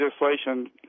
legislation